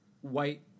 white